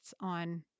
on